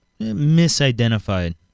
misidentified